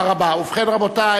רבותי,